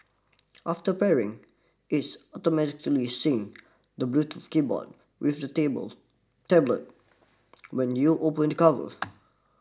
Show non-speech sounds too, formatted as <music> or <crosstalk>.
after pairing it's automatically syncs the Bluetooth keyboard with the tables tablet when you open the cover <noise>